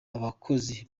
abakozi